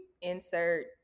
insert